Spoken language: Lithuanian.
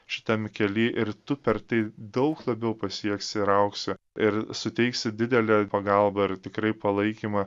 šitam kely ir tu per tai daug labiau pasieksi ir augsi ir suteiksi didelę pagalbą ir tikrai palaikymą